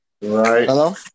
hello